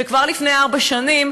וכבר לפני ארבע שנים,